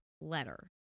letter